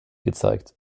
gezeigt